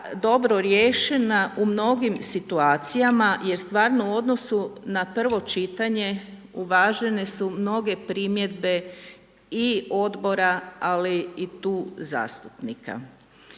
dobro riješena u mnogim situacijama jer stvarno u odnosu na prvo čitanje uvažene su mnoge primjedbe i odbora ali i tu zastupnika.